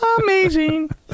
Amazing